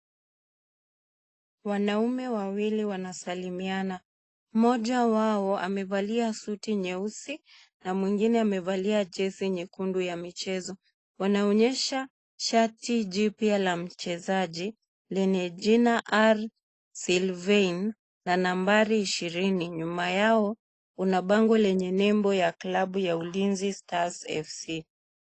Wanaume wawili wanasalimiana mmoja wao amevalia suti nyeusi na mwingine amevalia jezi nyekundu ya michezo wanaonyesha shati jipya ya mchezaji lenye jina R.Sylvane na nambari ishirini nyuma yao kuna bango lenye nembo la clabu ya Ulinzi fc.